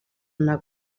una